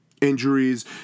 injuries